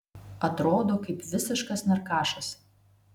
atrodo kaip visiškas narkašas